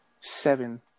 seven